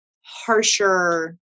harsher